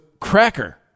Cracker